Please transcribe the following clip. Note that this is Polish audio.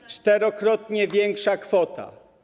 To czterokrotnie większa kwota.